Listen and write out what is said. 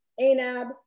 Anab